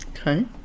Okay